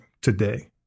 today